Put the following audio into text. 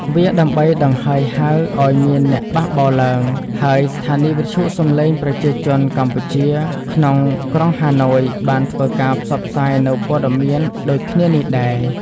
វាដើម្បីដង្ហើយហៅឱ្យមានអ្នកបះបោរឡើង ហើយស្ថានីវិទ្យុសម្លេងប្រជាជនកម្ពុជាក្នុងក្រុងហាណូយបានធ្វើការផ្សព្វផ្សាយនូវពត៍មានដូចគ្នានេះដែរ ។